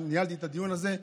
כשאני ניהלתי את הדיון הזה.